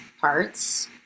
parts